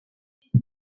cent